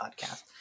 podcast